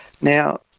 Now